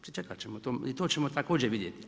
Pričekati ćemo to, i to ćemo također vidjeti.